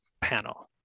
panel